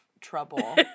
trouble